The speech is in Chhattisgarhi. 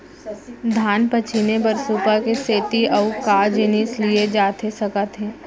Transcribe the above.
धान पछिने बर सुपा के सेती अऊ का जिनिस लिए जाथे सकत हे?